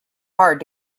hard